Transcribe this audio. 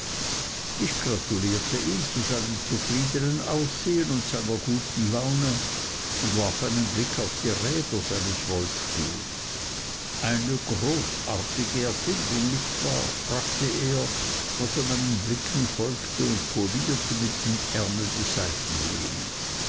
ich gratulierte ihm zu seinem zufriednen aussehen und seiner guten laune und warf einen blick auf die räder seines rollstuhls eine großartige erfindung nicht wahr fragte er als er meinen blicken folgte und polierte mit dem ärmel die seitenlehne